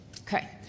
Okay